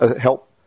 help